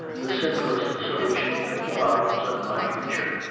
the simplest solution of the problems of my future.